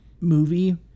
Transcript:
movie